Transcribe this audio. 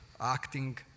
acting